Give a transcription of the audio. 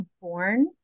born